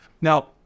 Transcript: Now